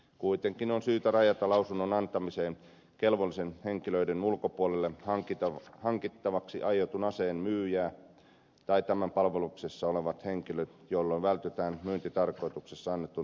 kuitenkin on syytä rajata lausunnon antamiseen kelvollisien henkilöiden ulkopuolelle hankittavaksi aiotun aseen myyjä tai tämän palveluksessa olevat henkilöt jolloin vältetään myyntitarkoituksessa annetun suosituksen mahdollisuus